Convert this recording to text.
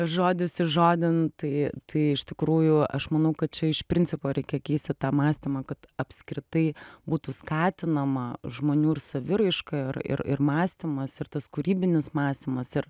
žodis į žodį tai tai iš tikrųjų aš manau kad čia iš principo reikia keisti tą mąstymą kad apskritai būtų skatinama žmonių ir saviraiška ir ir ir mąstymas ir tas kūrybinis mąstymas ir